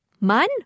man